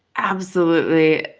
absolutely.